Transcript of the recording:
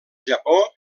japó